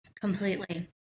Completely